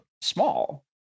small